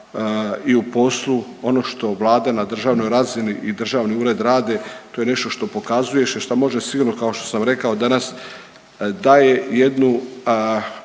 i u poslu. Ono što vlada na državnoj razini i državni ured rade to je nešto što pokazuje i što može sigurno, kao što sam rekao danas, daje jednu